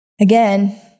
Again